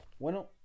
Bueno